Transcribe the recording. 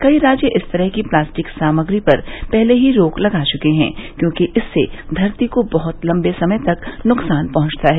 कई राज्य इस तरह की प्लास्टिक सामग्री पर पहले ही रोक लगा चुके हैं क्योंकि इससे धरती को बहुत लंबे समय तक नुकसान पहुंचता है